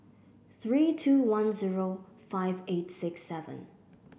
three two one zero five eight six seven